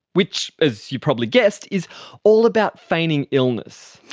which, as you probably guessed, is all about feigning illness.